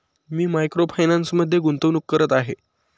मी micro फायनान्समध्ये गुंतवणूक करत आहे